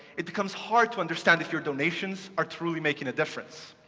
it becomes hard to understand if your donations are truly making a difference.